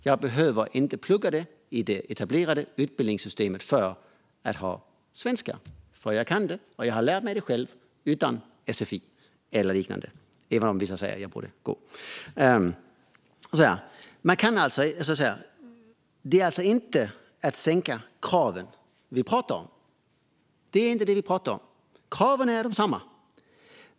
Jag behöver inte plugga det i det etablerade utbildningssystemet, för jag kan det och har lärt mig det själv utan sfi eller liknande, även om vissa säger att jag borde gå. Vi pratar alltså inte om att sänka kraven. Kraven är desamma.